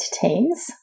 teens